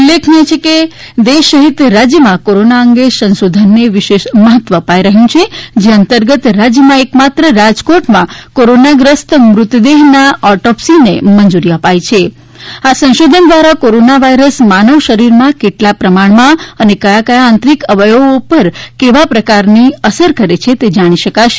ઉલ્લેખનીય છે કે દેશ સહિત રાજ્મયાં કોરોના અંગે સંશોધનને વિશેષ મહત્વ અપાઈ રહ્યું છે જે અંતર્ગત રાજ્યમાં એકમાત્ર રાજકોટમાં કોરોનાગ્રસ્ત મૃતદેહની ઓટોપ્સીને મંજૂરી અપાઈ છે આ સંશોધન દ્વારા કોરોના વાયરસ માનવ શરીરમાં કેટલા પ્રમાણમાં અને કયા કયા આંતરીક અવયવો ઉપર કેવા પ્રકારની અસર કરે છે તે જાણી શકાશે